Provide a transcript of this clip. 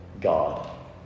God